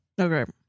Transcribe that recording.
okay